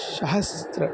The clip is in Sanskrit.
सहस्रं